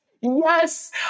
Yes